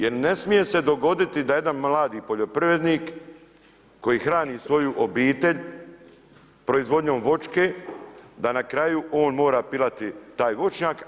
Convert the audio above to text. Jer ne smije se dogoditi, da jedan mladi poljoprivrednik koji hrani svoju obitelj proizvodnjom voćke, da na kraju on mora pilati aj voćnjak.